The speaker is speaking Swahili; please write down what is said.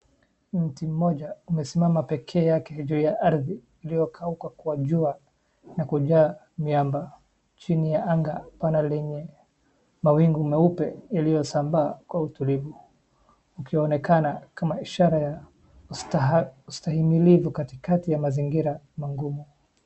Mti mmoja umesimama peke yake juu ya ardhi iliyokauka kwa jua na kujaa miamba chini ya anga pana lenye mawingu meupe yaliyosambaa kwa utulivu. Ukionekana kama ishara ya stahimilivu katikati ya mazingira mangumu.